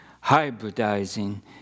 hybridizing